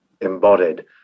embodied